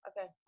Okay